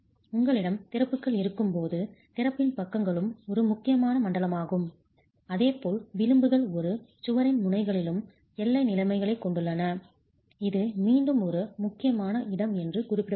உங்களிடம் திறப்புகள் இருக்கும்போது திறப்பின் பக்கங்களும் ஒரு முக்கியமான மண்டலமாகும் அதே போல் விளிம்புகள் ஒரு சுவரின் முனைகளிலும் எல்லை நிலைமைகளைக் கொண்டுள்ளன இது மீண்டும் ஒரு முக்கியமான இடம் என்று குறிப்பிடப்படுகிறது